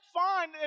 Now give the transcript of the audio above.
fine